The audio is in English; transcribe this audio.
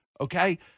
okay